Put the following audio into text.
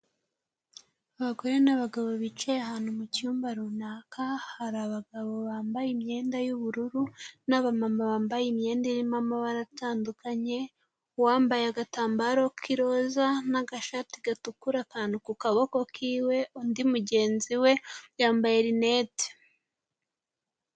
Abagore n'abagabo bicaye ahantu mu cyumba runaka, hari abagabo bambaye imyenda y'ubururu n'abamama bambaye imyenda irimo amabara atandukanye, uwambaye agatambaro k'iroza n'agashati gatukura akantu ku kaboko kiwe, undi mugenzi we yambaye rinete.